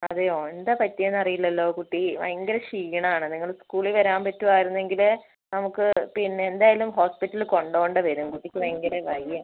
അതേയോ എന്താണ് പറ്റിയതെന്ന് അറിയില്ലല്ലോ കുട്ടി ഭയങ്കര ക്ഷീണാണ് നിങ്ങൾ സ്കൂളില് വരാന് പറ്റുമായിരുന്നെങ്കിൽ നമുക്ക് പിന്നെ എന്തായാലും ഹോസ്പിറ്റലില് കൊണ്ടുപോകേണ്ടി വരും കുട്ടിക്ക് ഭയങ്കര വയ്യ